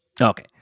Okay